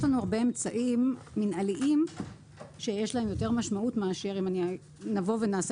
יש לנו הרבה אמצעים מנהליים שיש להם יותר משמעות אם נבוא ונעשה